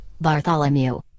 Bartholomew